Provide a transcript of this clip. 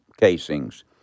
casings